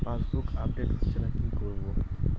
Passbook update হচ্ছেনা কি করবো?